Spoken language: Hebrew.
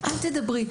אל תדברי.